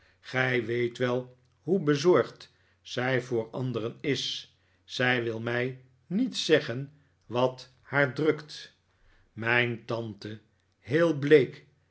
gij weet wel hoe bezorgd zij voor anderen is zij wil mii niet zeggen wat haar drukt mijn tante heel bleek